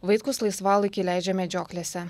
vaitkus laisvalaikį leidžia medžioklėse